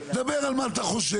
דבר על מה אתה חושב.